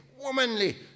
womanly